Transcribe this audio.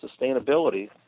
Sustainability